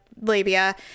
labia